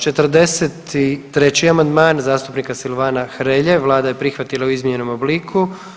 43. amandman zastupnika Silvana Hrelje, Vlada je prihvatila u izmijenjenom obliku.